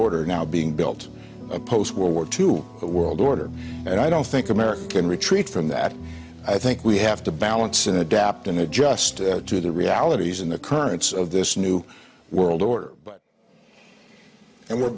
order now being built a post world war two world order and i don't think america can retreat from that i think we have to balance in adapt and adjust to the realities and the currents of this new world order but and we're